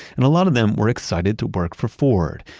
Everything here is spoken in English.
and a lot of them were excited to work for ford.